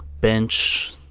bench